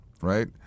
right